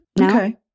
Okay